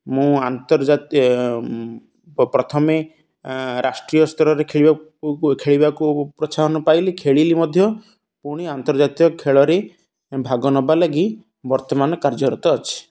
ମୁଁ ଆନ୍ତର୍ଜାତୀୟ ପ୍ରଥମେ ରାଷ୍ଟ୍ରୀୟ ସ୍ତରରେ ଖେଳିବା ଖେଳିବାକୁ ପ୍ରୋତ୍ସାହନ ପାଇଲି ଖେଳିଲି ମଧ୍ୟ ପୁଣି ଆନ୍ତର୍ଜାତୀୟ ଖେଳରେ ଭାଗ ନେବା ଲାଗି ବର୍ତ୍ତମାନ କାର୍ଯ୍ୟରତ ଅଛି